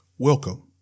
Welcome